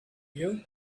you